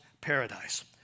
paradise